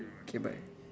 K bye